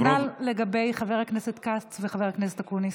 כנ"ל לגבי חבר הכנסת כץ וחבר הכנסת אקוניס.